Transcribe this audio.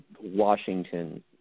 Washington